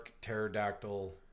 Pterodactyl